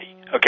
Okay